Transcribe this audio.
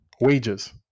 wages